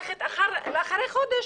אחרי חודש,